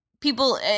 people